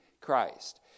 Christ